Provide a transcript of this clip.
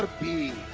but be